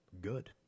Good